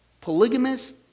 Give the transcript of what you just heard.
polygamous